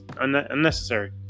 unnecessary